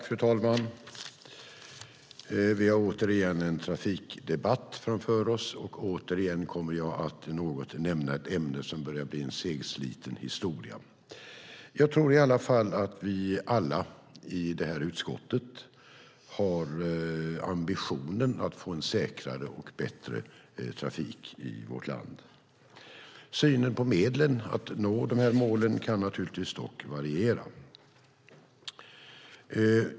Fru talman! Vi har återigen en trafikdebatt framför oss, och återigen kommer jag att något nämna ett ämne som börjar bli en segsliten historia. Jag tror i alla fall att vi alla i det här utskottet har ambitionen att få en säkrare och bättre trafik i vårt land. Synen på medlen att nå de här målen kan dock variera.